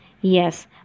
yes